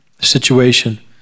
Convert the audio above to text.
situation